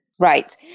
Right